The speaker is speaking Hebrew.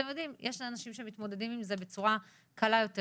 אתם יודעים יש אנשים שמתמודדים עם הדברים האלו בצורה קלה יותר,